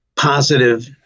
positive